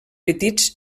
petits